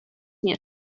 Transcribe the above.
nie